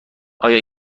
آیا